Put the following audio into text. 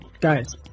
guys